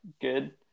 good